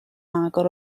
agor